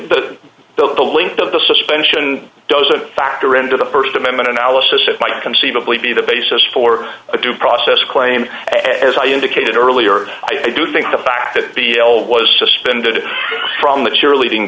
that the link of the suspension doesn't factor into the st amendment analysis that might conceivably be the basis for a due process claim as i indicated earlier i do think the fact that the whole was suspended from the cheerleading